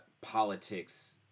politics